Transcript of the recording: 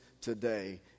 today